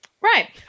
Right